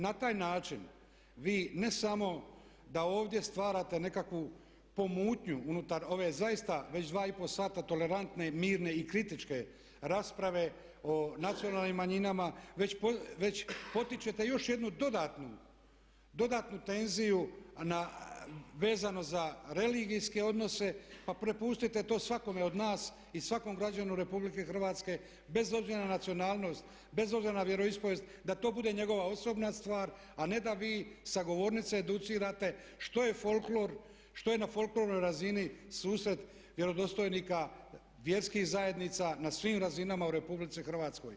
Na taj način vi ne samo da ovdje stvarate nekakvu pomutnju unutar ove zaista već dva i pol sata tolerantne, mirne i kritičke rasprave o nacionalnim manjinama, već potičete još jednu dodatnu tenziju vezano za religijske odnose, pa prepustite to svakome od nas i svakom građaninu Republike Hrvatske bez obzira na nacionalnost, bez obzira na vjeroispovijest, da to bude njegova osobna stvar, a ne da vi sa govornice educirate što je folklor, što je na folklornoj razini susret vjerodostojnika vjerskih zajednica na svim razinama u Republici Hrvatskoj.